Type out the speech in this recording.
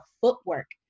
footwork